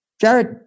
Jared